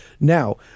Now